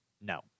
No